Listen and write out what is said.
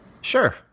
Sure